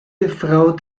ehefrau